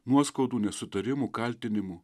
nuoskaudų nesutarimų kaltinimų